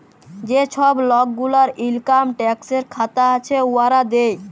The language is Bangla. যে ছব লক গুলার ইলকাম ট্যাক্সের খাতা আছে, উয়ারা দেয়